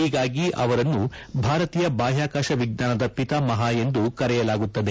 ಹೀಗಾಗಿ ಅವರನ್ನು ಭಾರತೀಯ ಬಾಹ್ಲಾಕಾಶ ವಿಜ್ಞಾನದ ಪಿತಾಮಹ ಎಂದು ಕರೆಯಲಾಗುತ್ತದೆ